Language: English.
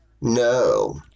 no